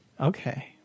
Okay